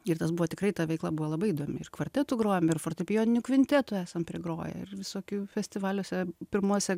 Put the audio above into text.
ir tas buvo tikrai ta veikla buvo labai įdomi ir kvartetu grojom ir fortepijoninių kvintetų esam groję ir visokių festivaliuose pirmose